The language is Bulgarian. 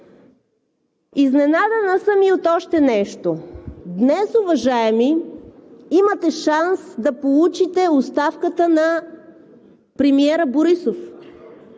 Изненадана съм и от още нещо. Днес, уважаеми, имате шанс да получите оставката на премиера Борисов,